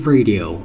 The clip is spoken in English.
Radio